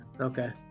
Okay